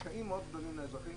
קשיים מאוד גדולים לאזרחים,